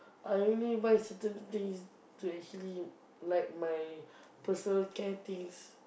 I only buy certain things to actually like my personal care things